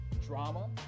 drama